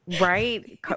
Right